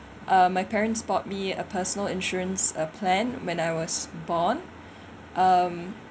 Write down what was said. uh my parents bought me a personal insurance a plan when I was born um